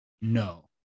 No